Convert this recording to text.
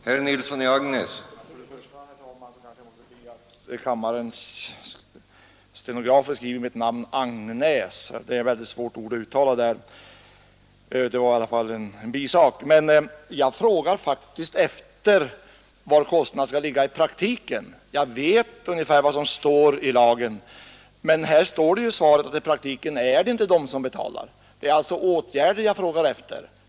Herr talman! Först kanske jag måste be att riksdagens stenografer skriver att mitt namn uttalas Angnäs — det är tydligen svårt. Men det är en bisak. Jag frågade faktiskt var kostnaderna skall ligga i praktiken. Jag vet ungefär vad som står i lagen, men i praktiken är det inte de som vållar skadan som betalar, och det står också i svaret. Jag frågar alltså efter åtgärder för att ändra på detta.